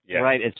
Right